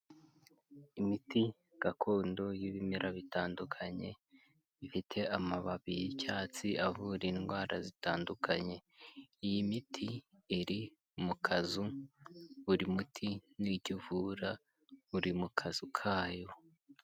Imiti gakondo y'ibimera bitandukanye, bifite amababi y'icyatsi avura indwara zitandukanye, iyi miti iri mu kazu, buri muti n'icyo uvura, uri mu kazu kayo.